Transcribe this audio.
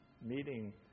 meeting